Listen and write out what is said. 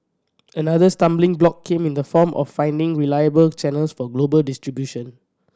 another stumbling block came in the form of finding reliable channels for global distribution